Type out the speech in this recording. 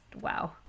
wow